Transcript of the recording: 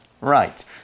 Right